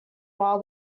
while